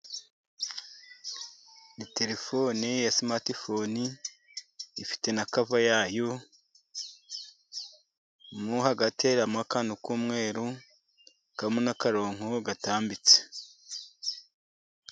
Ni telefoni ya simatifoni ifite na kava yayo. Mo hagati harimo akantu k'umweru ,hakabamo n'akaronko gatambitse.